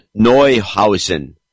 Neuhausen